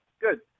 Good